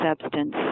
substance